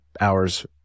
hours